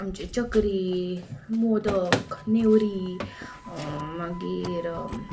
आमची चकरी मोदक नेवरी मागीर